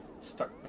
stuck